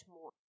more